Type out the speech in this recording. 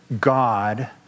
God